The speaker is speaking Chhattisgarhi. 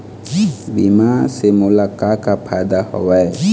बीमा से मोला का का फायदा हवए?